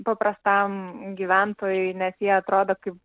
paprastam gyventojui nes jie atrodo kaip